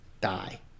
die